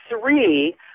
three